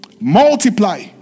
multiply